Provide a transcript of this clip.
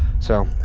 so,